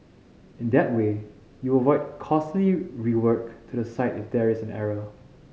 in that way you avoid costly rework to the site if there is an error